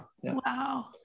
Wow